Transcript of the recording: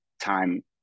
time